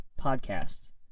Podcasts